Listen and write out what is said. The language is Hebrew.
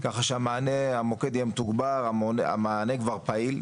ככה שהמענה המוקד יהיה מתוגבר המענה כבר פעיל,